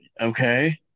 Okay